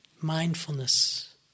mindfulness